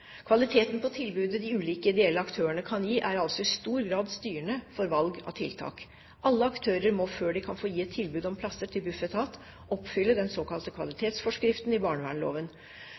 Kvaliteten på tilbudet de ulike ideelle aktørene kan gi, er altså i stor grad styrende for valg av tiltak. Alle aktører må før de kan få gi et tilbud om plasser til Bufetat, oppfylle den såkalte kvalitetsforskriften i